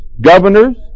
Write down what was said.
governors